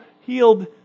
healed